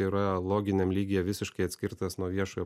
yra loginiam lygyje visiškai atskirtas nuo viešo